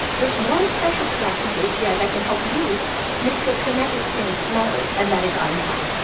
there's one special collection for a p a that can help you make your connect experience smarter, and that is einstein.